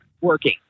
working